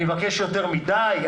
אני מבקש יותר מדי?